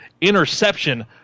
interception